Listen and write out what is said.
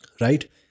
right